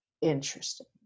interesting